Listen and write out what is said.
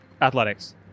Athletics